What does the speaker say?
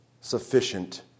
sufficient